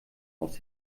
aus